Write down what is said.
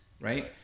Right